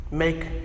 Make